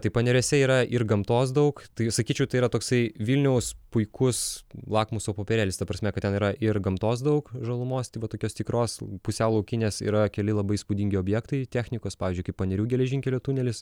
tai paneriuose yra ir gamtos daug tai sakyčiau tai yra toksai vilniaus puikus lakmuso popierėlis ta prasme kad ten yra ir gamtos daug žalumos tai vat tokios tikros pusiau laukinės yra keli labai įspūdingi objektai technikos pavyzdžiui kaip panerių geležinkelio tunelis